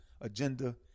agenda